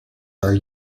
are